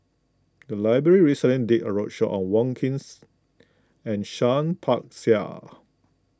the library recently did a roadshow on Wong Keen and Seah Peck Seah